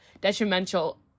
detrimental